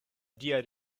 dia